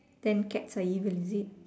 then cats are evil is it